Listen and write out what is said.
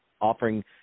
offering